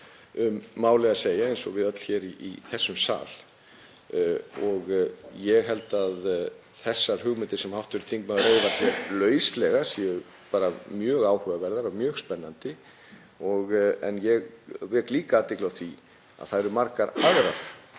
málið að segja, eins og við öll í þessum sal. Ég held að þær hugmyndir sem hv. þingmaður reifar hér lauslega séu mjög áhugaverðar og mjög spennandi, en ég vek líka athygli á því að það eru margar aðrar